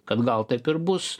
kad gal taip ir bus